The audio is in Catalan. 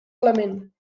element